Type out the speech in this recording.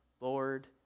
Lord